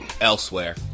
elsewhere